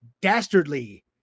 dastardly